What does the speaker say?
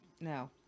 No